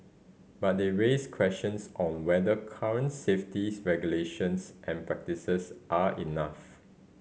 but they raise questions on whether current safety regulations and practices are enough